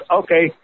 okay